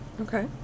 Okay